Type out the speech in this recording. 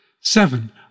Seven